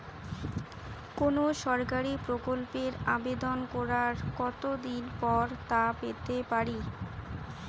কোনো সরকারি প্রকল্পের আবেদন করার কত দিন পর তা পেতে পারি?